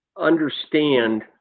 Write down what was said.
understand